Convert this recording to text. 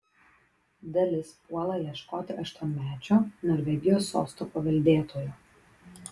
dalis puola ieškoti aštuonmečio norvegijos sosto paveldėtojo